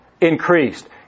Increased